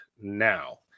now